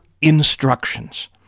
instructions